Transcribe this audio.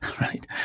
right